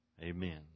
amen